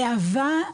"להבה",